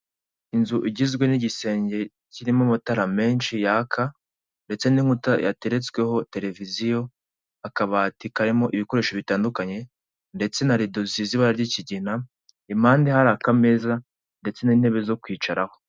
Inzu igizwe n'igisenge kirimo amatara menshi yaka ndetse n'inkuta yateretsweho televiziyo akabati karimo ibikoresho bitandukanye ndetse na rido zisize ibara ry'ikigina, impande hari akameza ndetse n'intebe zo kwicaraho.